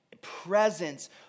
presence